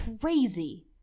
crazy